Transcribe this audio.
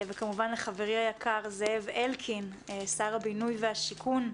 וכמובן לחברי היקר זאב אלקין שר הבינוי והשיכון,